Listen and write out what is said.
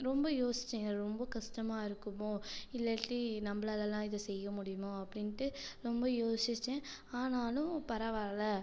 ரொம்ப யோசிச்சேன் ரொம்ப கஸ்டமாக இருக்குமோ இல்லாட்டி நம்மளாலலாம் இதை செய்ய முடியுமா அப்படின்ட்டு ரொம்ப யோசித்தேன் ஆனாலும் பரவாயில்ல